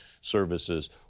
services